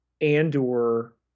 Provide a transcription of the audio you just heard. Andor